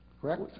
Correct